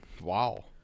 Wow